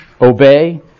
obey